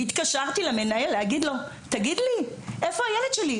התקשרתי למנהל להגיד לו תגיד לי, איפה הילד שלי?